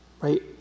Right